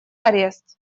арест